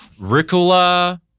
Ricola